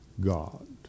God